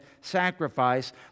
sacrifice